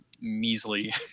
measly